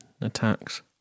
attacks